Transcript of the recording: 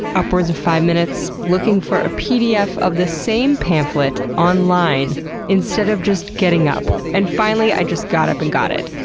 upwards of five minutes looking for a pdf of this same pamphlet online instead of just getting up. and finally i just got up and got it.